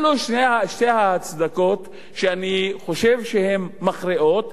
אלו שתי ההצדקות שאני חושב שהן מכריעות.